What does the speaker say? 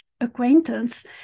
acquaintance